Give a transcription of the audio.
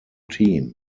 team